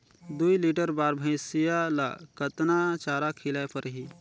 दुई लीटर बार भइंसिया ला कतना चारा खिलाय परही?